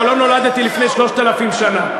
אבל לא נולדתי לפני 3,000 שנה.